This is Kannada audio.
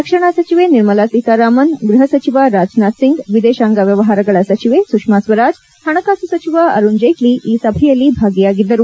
ರಕ್ಷಣಾ ಸಚಿವೆ ನಿರ್ಮಲಾ ಸೀತಾರಾಮನ್ ಗೃಹ ಸಚಿವ ರಾಜನಾಥ್ ಸಿಂಗ್ ವಿದೇತಾಂಗ ವ್ಯವಹಾರಗಳ ಸಚಿವೆ ಸುಷ್ಮಾ ಸ್ವರಾಜ್ ಹಣಕಾಸು ಸಚಿವ ಅರುಣ್ ಜೇಟ್ಲಿ ಈ ಸಭೆಯಲ್ಲಿ ಭಾಗಿಯಾಗಿದ್ದರು